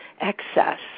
excess